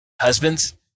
husbands